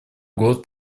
год